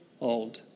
old